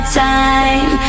time